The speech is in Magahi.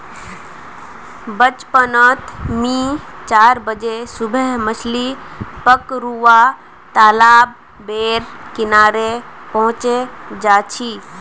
बचपन नोत मि चार बजे सुबह मछली पकरुवा तालाब बेर किनारे पहुचे जा छी